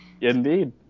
indeed